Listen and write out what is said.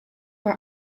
are